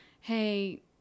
hey